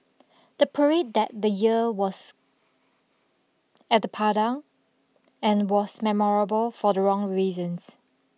the parade that the year was at the Padang and was memorable for the wrong reasons